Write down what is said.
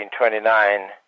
1929